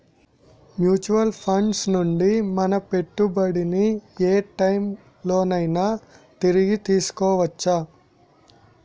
Mutual funds నుండి మన పెట్టుబడిని ఏ టైం లోనైనా తిరిగి తీసుకోవచ్చా?